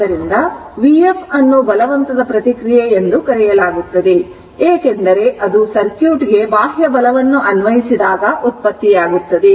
ಆದ್ದರಿಂದ vf ಅನ್ನು ಬಲವಂತದ ಪ್ರತಿಕ್ರಿಯೆ ಎಂದು ಕರೆಯಲಾಗುತ್ತದೆ ಏಕೆಂದರೆ ಅದು ಸರ್ಕ್ಯೂಟ್ ಗೆ ಬಾಹ್ಯ ಬಲವನ್ನು ಅನ್ವಯಿಸಿದಾಗ ಉತ್ಪತ್ತಿಯಾಗುತ್ತದೆ